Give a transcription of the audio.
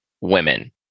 women